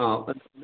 ആ